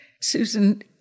Susan